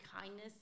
kindness